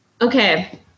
Okay